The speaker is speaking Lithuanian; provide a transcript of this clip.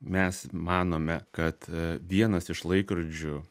mes manome kad vienas iš laikrodžių